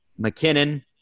McKinnon